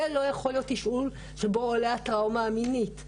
זה לא יכול להיות תשאול שבו עולה הטראומה המינית.